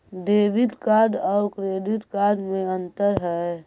Debit card और credit card में अन्तर है?